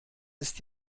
ist